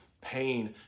pain